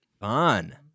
Fun